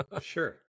Sure